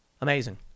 Amazing